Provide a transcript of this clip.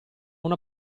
una